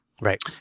Right